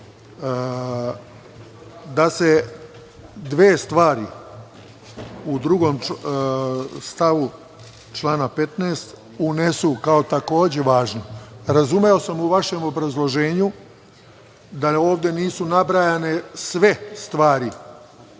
da se dve stvari u drugom stavu člana 15. unesu kao takođe važno. Razumeo sam u vašem obrazloženju da ovde nisu nabrajane sve stvari